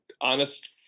honest